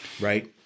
right